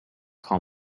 call